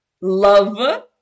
love